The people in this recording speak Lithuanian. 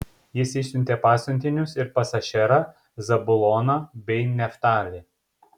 jis išsiuntė pasiuntinius ir pas ašerą zabuloną bei neftalį